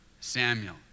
Samuel